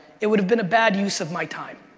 it would have been a bad use of my time.